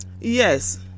Yes